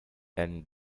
and